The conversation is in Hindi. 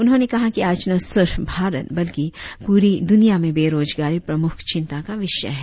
उन्होंने कहा कि आज न सिर्फ भारत बल्कि पूरी दुनिया में बेराजगारी प्रमुख चिंता का विषय है